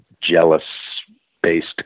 Jealous-based